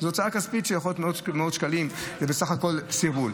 זה גם נכון.